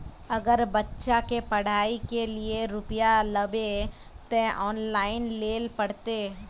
अगर बच्चा के पढ़ाई के लिये रुपया लेबे ते ऑनलाइन लेल पड़ते?